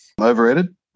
Overrated